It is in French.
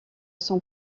son